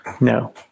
no